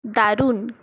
দারুণ